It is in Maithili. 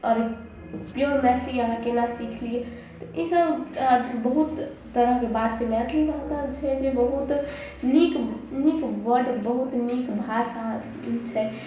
आओर पिओर मैथिली अहाँ कोना सिखलिए तऽ ईसब अहाँकेँ बहुत तरहके बात छै मैथिली भाषा छै जे बहुत नीक नीक वर्ड बहुत नीक भाषा छै